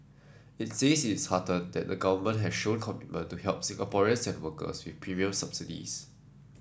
it says it's heartened that the Government has shown commitment to help Singaporeans and workers with premium subsidies